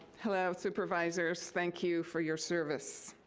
hello, supervisors. thank you for your service.